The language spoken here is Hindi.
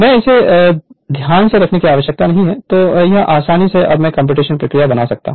यदि इसे ध्यान में रखने की आवश्यकता नहीं है तो यह आसानी से अब एक कम्प्यूटेशनल प्रक्रिया बना सकता है